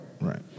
Right